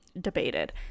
debated